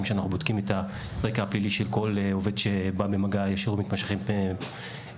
שאנחנו בודקים את הרקע הפלילי של כל עובד שבא במגע ישיר ומתמשך עם קטינים.